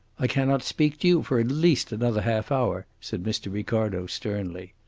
i cannot speak to you for at least another half-hour, said mr. ricardo, sternly.